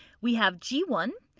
we have g one